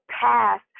past